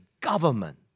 government